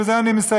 בזה אני מסיים,